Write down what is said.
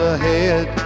ahead